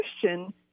Christian